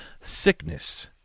Sickness